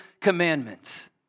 commandments